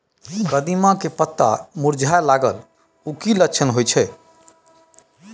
कदिम्मा के पत्ता मुरझाय लागल उ कि लक्षण होय छै?